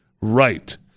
Right